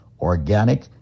organic